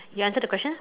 you answer the question